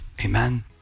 Amen